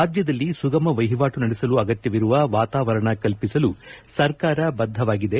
ರಾಜ್ಜದಲ್ಲಿ ಸುಗಮ ವಹಿವಾಟು ನಡೆಸಲು ಅಗತ್ತವಿರುವ ವಾತಾವರಣ ಕಲ್ಪಿಸಲು ಸರ್ಕಾರ ಬದ್ದವಾಗಿದೆ